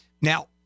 now